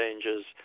changes